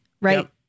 right